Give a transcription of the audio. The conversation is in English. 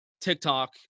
TikTok